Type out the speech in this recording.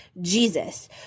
Jesus